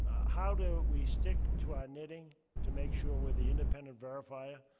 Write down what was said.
how do we stick to our knitting to make sure we're the independent verifier,